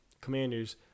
commanders